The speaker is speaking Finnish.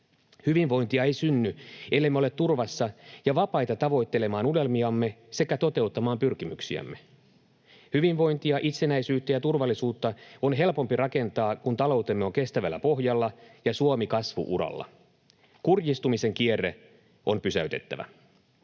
Hyvinvointia ei synny, ellemme ole turvassa ja vapaita tavoittelemaan unelmiamme sekä toteuttamaan pyrkimyksiämme. Hyvinvointia, itsenäisyyttä ja turvallisuutta on helpompi rakentaa, kun taloutemme on kestävällä pohjalla ja Suomi kasvu-uralla. Kurjistumisen kierre on pysäytettävä.